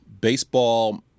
baseball